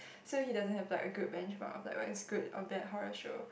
so he doesn't have like a good benchmark of like whether it's a good or bad horror show